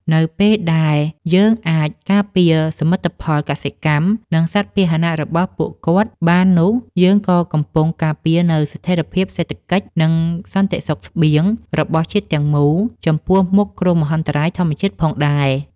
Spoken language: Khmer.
នៅពេលដែលយើងអាចការពារសមិទ្ធផលកសិកម្ម និងសត្វពាហនៈរបស់ពួកគាត់បាននោះយើងក៏កំពុងការពារនូវស្ថិរភាពសេដ្ឋកិច្ច និងសន្តិសុខស្បៀងរបស់ជាតិទាំងមូលចំពោះមុខគ្រោះមហន្តរាយធម្មជាតិផងដែរ។